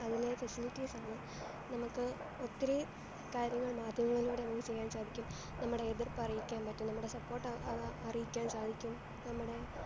അതിലെ ഫെസിലിറ്റീസ് ആണ് നമുക്ക് ഒത്തിരി കാര്യങ്ങൾ മാധ്യമങ്ങളിലൂടെ നമുക്ക് ചെയ്യാൻ സാധിക്കും നമ്മുടെ എതിർപ്പ് അറിയിക്കാൻ പറ്റും നമ്മുടെ സപ്പോർട്ട് അറിയിക്കാൻ സാധിക്കും നമ്മുടെ